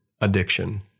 addiction